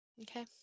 Okay